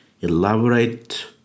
elaborate